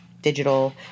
digital